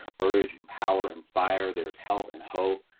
encourage, impower, inspire, there's health and hope.